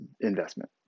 investment